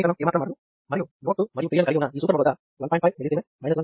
node 1 వద్ద సమీకరణం ఏమాత్రం మారదు మరియు నోడ్స్ 2 మరియు 3 లను కలిగి ఉన్న ఈ సూపర్ నోడ్ వద్ద 1